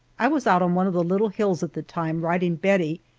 i was out on one of the little hills at the time, riding bettie,